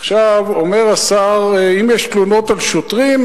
עכשיו, אומר השר: אם יש תלונות על שוטרים,